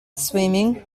swimming